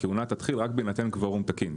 הכהונה תתחיל רק בהינתן קוורום מתאים,